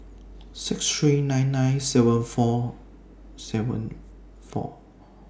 six three nine nine seven four seven four